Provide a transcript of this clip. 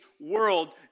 world